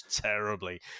terribly